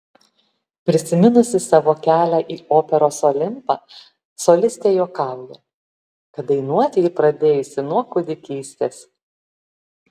prisiminusi savo kelią į operos olimpą solistė juokauja kad dainuoti ji pradėjusi nuo kūdikystės